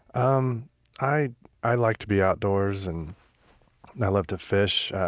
um i i like to be outdoors and and i love to fish.